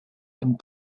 and